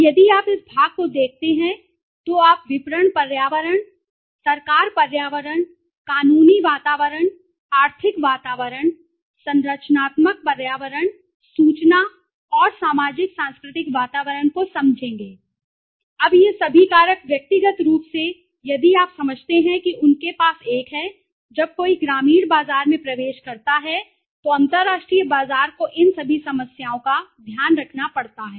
अब यदि आप इस भाग को देखते हैं तो आप विपणन पर्यावरण सरकार पर्यावरण कानूनी वातावरण आर्थिक वातावरण संरचनात्मक पर्यावरण सूचना और सामाजिक सांस्कृतिक वातावरण को समझेंगे अब ये सभी कारक व्यक्तिगत रूप से यदि आप समझते हैं कि उनके पास एक है जब कोई ग्रामीण बाजार में प्रवेश करता है तो अंतरराष्ट्रीय बाजार को इन सभी समस्याओं का ध्यान रखना पड़ता है